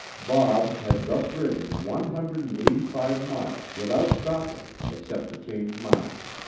bob had thus ridden one hundred and eighty-five miles without stopping except to change mounts.